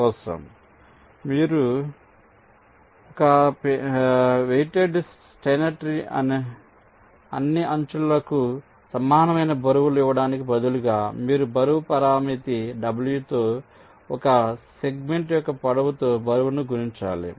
మరియు మీరు ఒక వెయిటెడ్ స్టైనర్ ట్రీ అన్ని అంచులకు సమానమైన బరువులు ఇవ్వడానికి బదులుగా మీరు బరువు పారామితి W తో ఒక సెగ్మెంట్ యొక్క పొడవుతో బరువును గుణించాలి